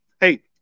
Hey